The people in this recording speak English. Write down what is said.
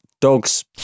Dogs